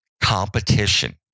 competition